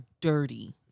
dirty